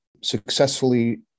successfully